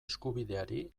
eskubideari